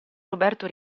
roberto